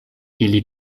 ili